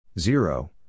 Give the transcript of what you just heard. Zero